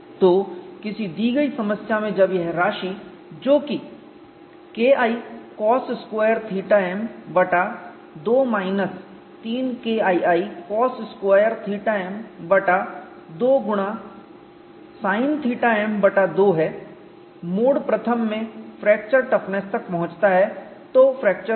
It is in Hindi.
तो किसी दी गई समस्या में जब यह राशि जो कि KICos3θ m बटा 2 माइनस 3KIICos2θm बटा 2 गुणा Sinθm बटा 2 है मोड I में फ्रैक्चर टफनेस तक पहुंचता है तो फ्रैक्चर होगा